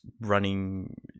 running